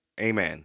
Amen